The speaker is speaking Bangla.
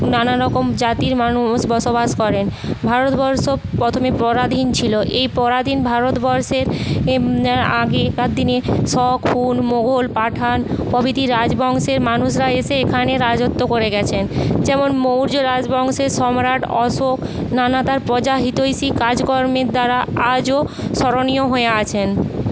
নানারকম জাতির মানুষ বসবাস করেন ভারতবর্ষ প্রথমে পরাধীন ছিল এই পরাধীন ভারতবর্ষের আগেকার দিনে শক হুন মুঘল পাঠান প্রভৃতি রাজবংশের মানুষরা এসে এখানে রাজত্ব করে গেছেন যেমন মৌর্য রাজবংশের সম্রাট অশোক নানা তার প্রজা হিতৈষী কাজকর্মের দ্বারা আজও স্মরণীয় হয়ে আছেন